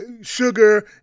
sugar